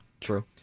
True